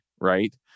right